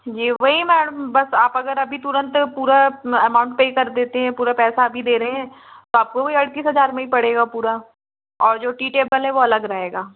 जी वही मैडम बस आप अगर अभी तुरंत पूरा अमाउंट पे कर देती हैं पूरा पैसा अभी दे रहे हैं तो आपको वही अड़तीस हजार में ही पड़ेगा पूरा और जो टी टेबल है वो अलग रहेगा